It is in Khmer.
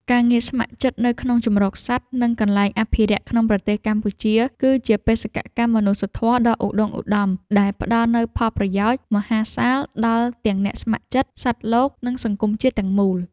ការងារស្ម័គ្រចិត្តនៅក្នុងជម្រកសត្វ និងកន្លែងអភិរក្សក្នុងប្រទេសកម្ពុជា គឺជាបេសកកម្មមនុស្សធម៌ដ៏ឧត្តុង្គឧត្តមដែលផ្តល់នូវផលប្រយោជន៍មហាសាលដល់ទាំងអ្នកស្ម័គ្រចិត្ត សត្វលោក និងសង្គមជាតិទាំងមូល។